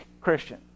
Christian